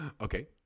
Okay